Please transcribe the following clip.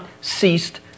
ceased